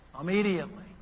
Immediately